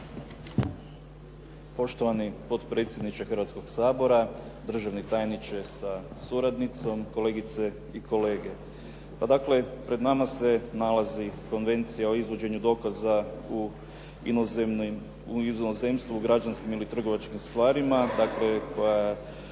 Poštovani potpredsjedniče Hrvatskoga sabora, državni tajniče sa suradnicom, kolegice i kolege. Pa dakle, pred nama se nalazi Konvencija o izvođenju dokaza u inozemnim, u inozemstvu, građanskim ili trgovačkim stvarima, dakle,